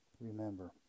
remember